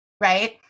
right